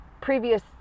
previous